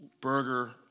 burger